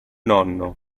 nonno